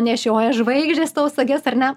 nešioja žvaigždės tavo sages ar ne